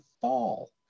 fall